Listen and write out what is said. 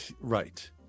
right